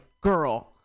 girl